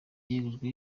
yegujwe